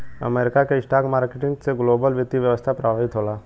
America के stock market से global वित्तीय व्यवस्था प्रभावित होला